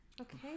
Okay